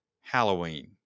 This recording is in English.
halloween